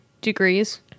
degrees